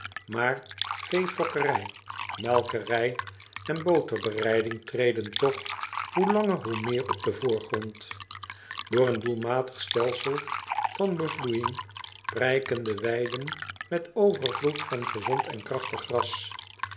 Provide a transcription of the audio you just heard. maar veefokkerij melkerij en boterbereiding treden toch hoe langer hoe meer op den voorgrond door een doelmatig stelsel van bevloeijing prijken de weiden met overvloed van gezond en krachtig gras